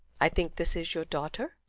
i think this is your daughter.